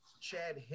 Chad